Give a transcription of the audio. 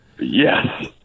Yes